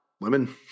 Women